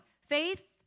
Faith